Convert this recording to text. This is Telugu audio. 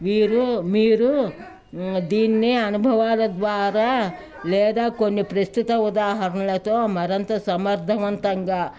వీరు మీరు దీన్ని అనుభవాల ద్వారా లేదా కొన్ని ప్రస్తుత ఉదాహరణలతో మరింత సమర్థవంతంగా